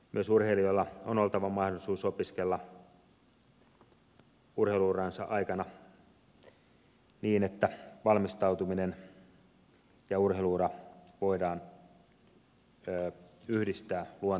myös urheilijoilla on oltava mahdollisuus opiskella urheilu uransa aikana niin että valmistautuminen ja urheilu ura voidaan yhdistää luontevasti